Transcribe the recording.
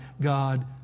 God